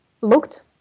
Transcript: looked